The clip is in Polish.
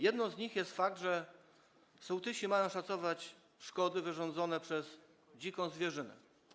Jedną z nich jest fakt, że sołtysi mają szacować szkody wyrządzone przez dziką zwierzynę.